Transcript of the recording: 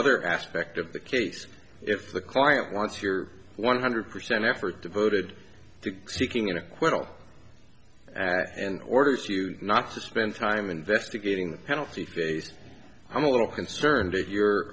other aspect of the case if the client wants your one hundred percent effort devoted to seeking an acquittal and orders you not to spend time investigating the penalty phase i'm a little concerned that you